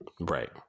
Right